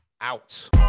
out